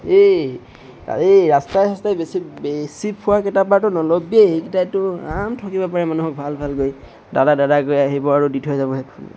এই এই ৰাস্তাই চাস্তাই বেচি বেচি ফুৰা কেইটাৰপৰাতো নল'বিয়েই সেইকেইটাই তোক ৰাম ঠগিব পাৰে মানুহক ভাল ভাল গৈ দাদা দাদা গৈ আহিব আৰু দি থৈ যাবহি হেডফোনডাল